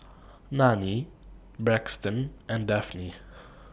Nanie Braxton and Dafne